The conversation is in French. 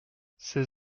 ces